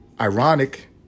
Ironic